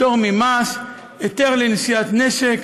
פטור ממס, היתר לנשיאת נשק,